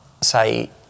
Say